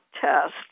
Test